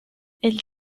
elle